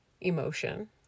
emotion